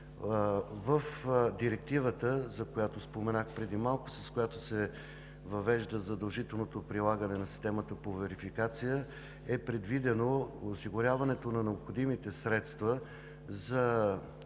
В Директивата, за която споменах преди малко, с която се въвежда задължителното прилагане на Системата за верификация, е предвидено необходимите средства за интернет